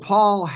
Paul